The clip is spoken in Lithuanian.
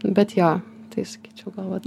bet jo tai sakyčiau gal vat